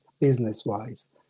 business-wise